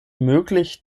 möglich